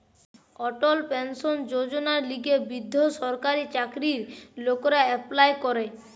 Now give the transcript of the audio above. অটল pension যোজনার লিগে বৃদ্ধ সরকারি চাকরির লোকরা এপ্লাই করে